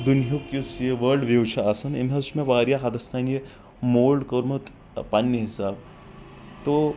دُنیہُک یُس یہِ world view چھُ آسان امۍ حظ چھُ مےٚ واریاہ حدس تانۍ یہِ مولڈ کوٚرمُت پننہِ حساب تو